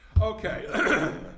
Okay